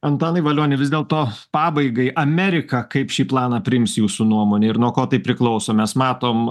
antanai valioni vis dėlto pabaigai amerika kaip šį planą priims jūsų nuomone ir nuo ko tai priklauso mes matom